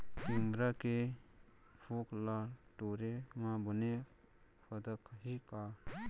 तिंवरा के फोंक ल टोरे म बने फदकही का?